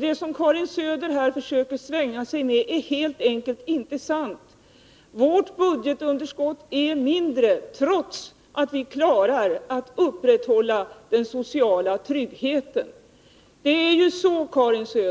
Det som Karin Söder försöker svänga sig med är helt enkelt inte sant. Vårt förslag innebär att budgetunderskottet blir mindre, trots att vi klarar att upprätthålla den sociala tryggheten.